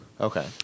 Okay